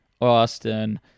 Austin